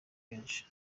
benshi